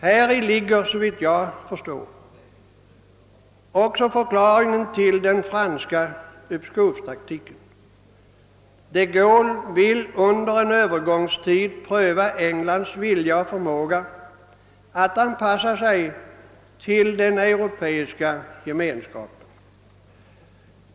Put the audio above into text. Däri ligger såvitt jag förstår också förklaringen till den franska uppskovstaktiken. De Gaulle vill under en övergångstid pröva Englands vilja och förmåga att anpassa sig till den europeiska gemenskapen.